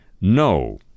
No